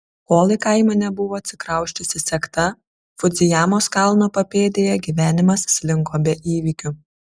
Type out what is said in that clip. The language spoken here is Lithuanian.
kol į kaimą nebuvo atsikrausčiusi sekta fudzijamos kalno papėdėje gyvenimas slinko be įvykių